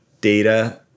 data